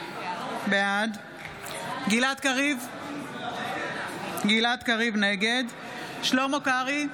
בעד גלעד קריב, נגד שלמה קרעי,